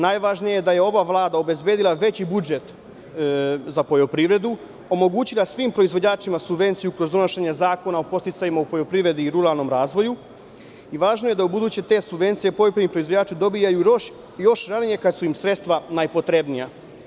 Najvažnije je da je ova Vlada obezbedila veći budžet za poljoprivredu, omogućila svim proizvođačima subvenciju kroz donošenje Zakona o podsticajima u poljoprivredi i ruralnom razvoju i važno je da ubuduće te subvencije poljoprivredni proizvođači dobijaju još ranije, kada su im sredstva najpotrebnija.